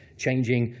changing,